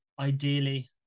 ideally